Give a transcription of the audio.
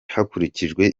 hakurikijwe